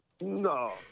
No